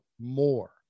more